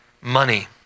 Money